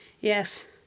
Yes